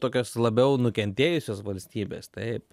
tokios labiau nukentėjusios valstybės taip